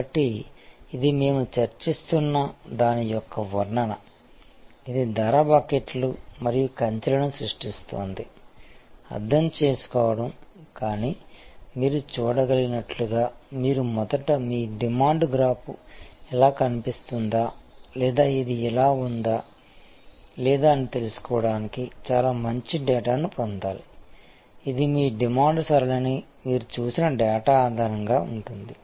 కాబట్టి ఇది మేము చర్చిస్తున్న దాని యొక్క వర్ణన ఇది ధర బకెట్లు మరియు ఫెన్సింగ్ లను సృష్టిస్తోంది అర్థం చేసుకోవడం కానీ మీరు చూడగలిగినట్లుగా మీరు మొదట మీ డిమాండ్ గ్రాఫ్ ఇలా కనిపిస్తుందా లేదా ఇది ఇలా ఉందా లేదా అని తెలుసుకోవడానికి చాలా మంచి డేటాను పొందాలి ఇది మీ డిమాండ్ సరళిని మీరు చూసిన డేటా ఆధారంగా ఉంటుంది